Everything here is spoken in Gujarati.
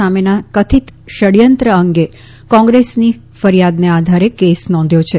સામેના કથિત ષડયંત્ર અંગે કોંગ્રેસની ફરિયાદને આધારે કેસ નોંધ્યો છે